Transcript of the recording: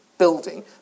building